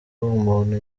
umuntu